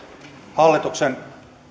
hallituksen